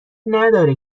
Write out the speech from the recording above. نداره